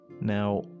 Now